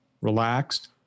relaxed